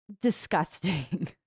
disgusting